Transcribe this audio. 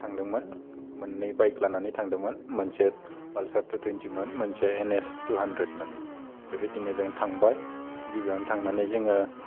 थांदोंमोन मोननै बाइक लानानै थांदोंमोन मोनसे पालचार टु टुइन्टिमोन मोनसे एलेश टु हान्ड्रेडमोन बे बायदिनो जों थांबाय गिबियावनो थांनानै जोङो